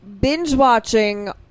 binge-watching